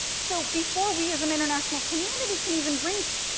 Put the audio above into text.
so, before we, as an international community can even bring,